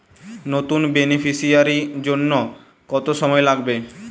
নতুন বেনিফিসিয়ারি জন্য কত সময় লাগবে?